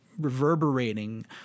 reverberating